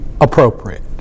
appropriate